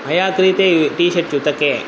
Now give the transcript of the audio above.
मया क्रीते T shirt युतके